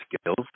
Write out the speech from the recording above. skills